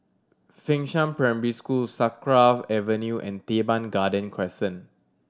Fengshan Primary School Sakra Avenue and Teban Garden Crescent